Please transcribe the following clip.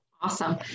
Awesome